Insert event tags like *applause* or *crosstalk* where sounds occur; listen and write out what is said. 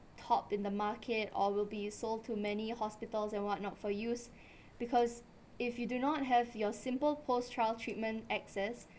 top in the market or will be sold to many hospitals and whatnot for use *breath* because if you do not have your simple post-trial treatment access